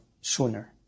sooner